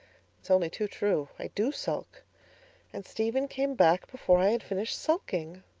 it's only too true. i do sulk and stephen came back before i had finished sulking.